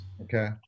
Okay